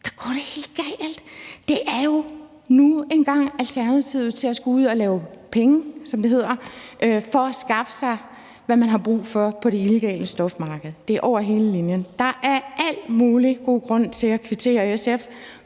går det helt galt. Og det er jo nu engang alternativet til at skulle ud og lave penge, som det hedder, for at skaffe sig, hvad man har brug for, på det illegale stofmarked. Det er over hele linjen. Der er al mulig god grund til at kvittere SF